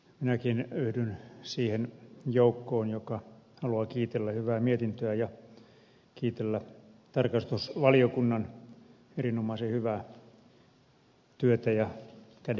minäkin yhdyn siihen joukkoon joka haluaa kiitellä hyvää mietintöä ja kiitellä tarkastusvaliokunnan erinomaisen hyvää työtä ja kädenjälkeä